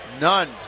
None